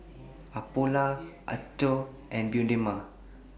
Apollo Anchor and Bioderma